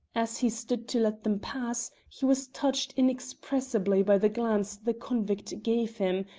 as he stood to let them pass he was touched inexpressibly by the glance the convict gave him,